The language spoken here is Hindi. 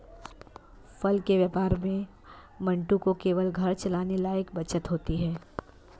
फल के व्यापार में मंटू को केवल घर चलाने लायक बचत होती है